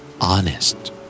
Honest